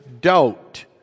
doubt